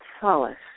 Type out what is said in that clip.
solace